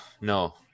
No